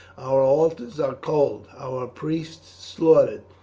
our altars are cold, our priests slaughtered.